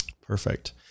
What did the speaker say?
Perfect